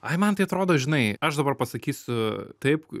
ai man tai atrodo žinai aš dabar pasakysiu taip